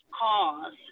cause